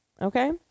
Okay